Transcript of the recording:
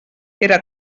era